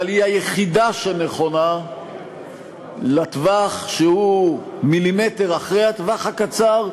אבל היא היחידה שנכונה לטווח שהוא מילימטר אחרי הטווח הקצר,